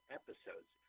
episodes